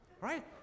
right